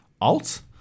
alt